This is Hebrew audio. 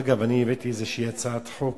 אגב, אני הבאתי איזושהי הצעת חוק